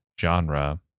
genre